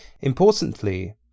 Importantly